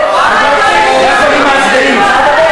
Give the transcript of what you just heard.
יש לי ניסיון עם ועדות